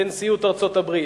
לנשיאות ארצות-הברית.